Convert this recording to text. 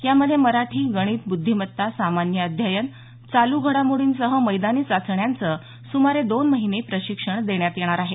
यामध्ये मराठी गणित बुध्दिमत्ता सामान्य अध्ययन चालू घडामोडींसह मैदानी चाचण्यांचं सुमारे दोन महिने प्रशिक्षण देण्यात येणार आहे